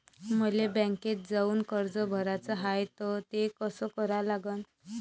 मले बँकेत जाऊन कर्ज भराच हाय त ते कस करा लागन?